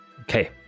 Okay